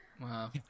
Wow